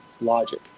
logic